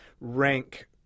rank